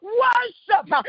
worship